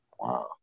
Wow